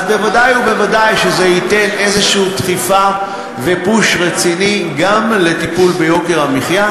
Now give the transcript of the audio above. אז ודאי וודאי שזה ייתן איזו דחיפה ופוש רציני גם לטיפול ביוקר המחיה,